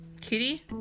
Kitty